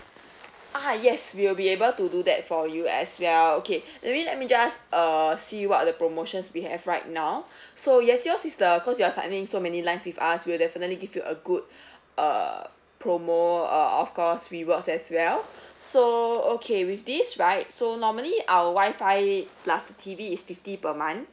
ah yes we will be able to do that for you as well okay maybe let me just uh see what are the promotions we have right now so yes yours is the cause you're signing so many lines with us we'll definitely give you a good err promo err of course rewards as well so okay with this right so normally our WIFI plus the T_V is fifty per month